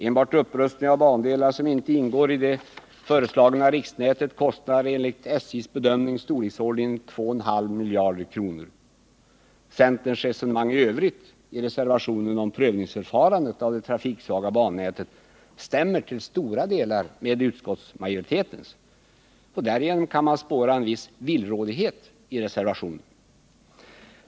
Enbart upprustning av de bandelar som inte ingår i det föreslagna riksnätet kostar enligt SJ:s bedömning i storleksordningen 2,5 miljarder. Centerns resonemang i övrigt i reservationen om prövningsförfarandet av det trafiksvaga bannätet stämmer till stora delar med utskottsmajoritetens. Därigenom kan man spåra en viss villrådighet i reservationen.